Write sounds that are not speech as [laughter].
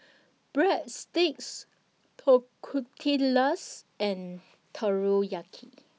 Breadsticks [unintelligible] and Teriyaki